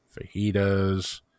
fajitas